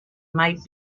might